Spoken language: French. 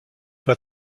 pas